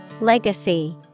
Legacy